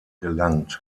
gelangt